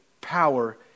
power